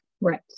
Right